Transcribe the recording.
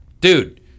dude